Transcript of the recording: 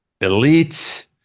elite